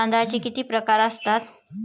तांदळाचे किती प्रकार असतात?